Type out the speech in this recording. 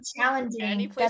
challenging